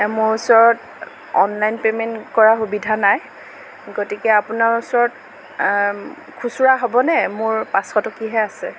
মোৰ ওচৰত online payment কৰা সুবিধা নাই গতিকে আপোনাৰ ওচৰত খুচুৰা হ'ব নে মোৰ পাঁচশ টকিহে আছে